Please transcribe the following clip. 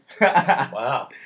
Wow